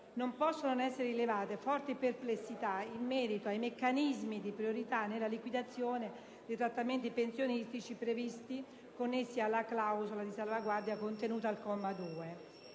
non possono non essere rilevate forti perplessità in merito ai meccanismi di priorità nella liquidazione dei trattamenti pensionistici previsti, connessi alla clausola di salvaguardia contenuta al comma 2.